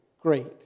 great